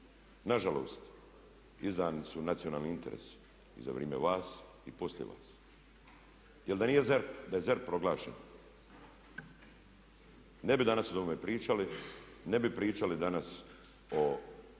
Nažalost izdani su nacionalni interesi za vrijeme vas i poslije vas. Jer da nije ZERP, da je ZERP proglašen ne bi danas o ovome pričali, ne bi pričali danas o